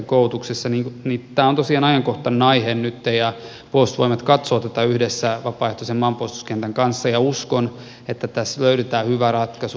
tämä on tosiaan ajankohtainen aihe nyt ja puolustusvoimat katsoo tätä yhdessä vapaaehtoisen maanpuolustuskentän kanssa ja uskon että tässä löydetään hyvä ratkaisu